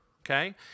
okay